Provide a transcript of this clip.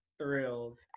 thrilled